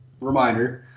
reminder